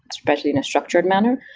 especially in a structured manner.